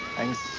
thanks.